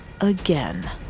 again